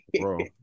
Bro